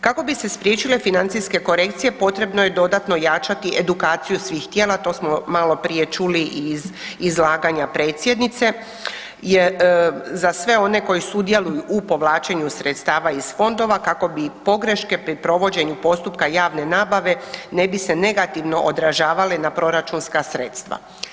Kako bi se spriječile financijske korekcije potrebno je dodano jačati edukaciju svih tijela, to smo maloprije čuli i iz izlaganja predsjednice, za sve one koji sudjeluju u povlačenju sredstava iz fondova kako bi i pogreške pri provođenju postupka javne nabave ne bi se negativno odražavale na proračunska sredstva.